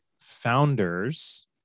founders